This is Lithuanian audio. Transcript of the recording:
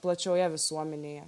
plačioje visuomenėje